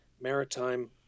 maritime